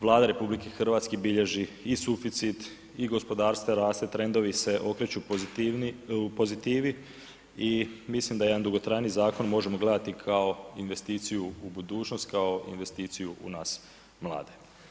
Vlada RH bilježi i suficit i gospodarstvo raste, trendovi se okreću pozitivi i mislim da jedan dugotrajniji zakon možemo gledati kao investiciju u budućnost, kao investiciju u nas mlade.